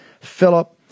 Philip